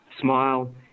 smile